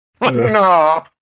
No